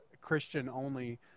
Christian-only